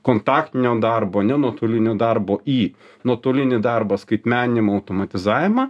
kontaktinio darbo ne nuotolinio darbo į nuotolinį darbą skaitmeninimą automatizavimą